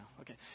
okay